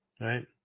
Right